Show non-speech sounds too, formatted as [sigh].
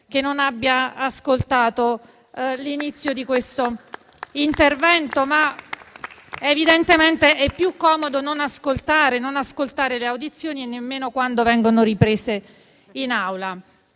che non abbia ascoltato l'inizio di questo intervento, [applause] ma evidentemente è più comodo non ascoltare le audizioni, nemmeno quando esse vengono riprese in Aula.